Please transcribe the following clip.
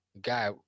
guy